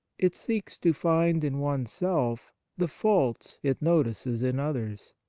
it seeks to find in oneself the faults it notices in others,